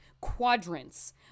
quadrants